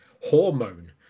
hormone